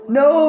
no